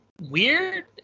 weird